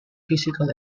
physical